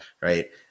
right